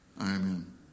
Amen